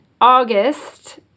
August